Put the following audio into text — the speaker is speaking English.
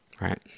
Right